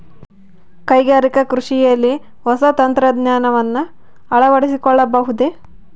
ಕೈಗಾರಿಕಾ ಕೃಷಿಯಲ್ಲಿ ಹೊಸ ತಂತ್ರಜ್ಞಾನವನ್ನ ಅಳವಡಿಸಿಕೊಳ್ಳಬಹುದೇ?